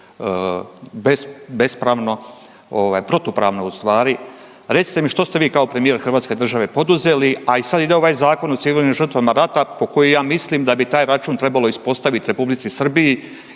protupravno u stvari, recite mi što ste vi kao premijer hrvatske države poduzeli, a i sad ide ovaj Zakon o civilnim žrtvama rata po koji ja mislim da bi taj račun trebalo ispostavit Republici Srbiji